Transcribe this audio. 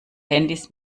handys